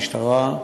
המשטרה,